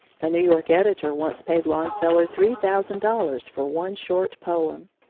a new york editor once paid longfellow three thousand dollars for one short poem.